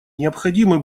необходимы